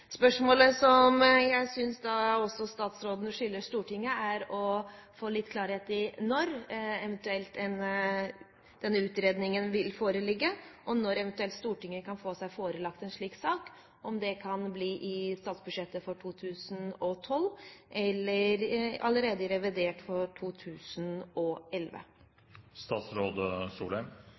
som jeg synes statsråden skylder Stortinget å få litt klarhet i, er: Når vil eventuelt denne utredningen foreligge? Og: Når kan Stortinget eventuelt få seg forelagt en slik sak? Kan det bli i statsbudsjettet for 2012 eller allerede i revidert for